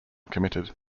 committed